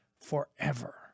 forever